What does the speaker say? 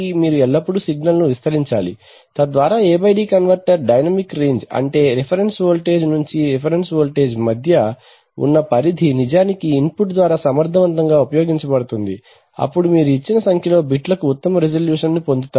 మీరు ఎల్లప్పుడూ సిగ్నల్ను విస్తరించాలి తద్వారా A D converter dynamic range అంటే రిఫరెన్స్ వోల్టేజ్ నుంచి రిఫరెన్స్ వోల్టేజ్ మధ్య ఉన్న పరిధి నిజానికి ఇన్పుట్ ద్వారా సమర్థవంతంగా ఉపయోగించబడుతుంది అప్పుడు మీరు ఇచ్చిన సంఖ్యలో బిట్లకు ఉత్తమ రిజల్యూషన్ పొందుతారు